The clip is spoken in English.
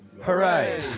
hooray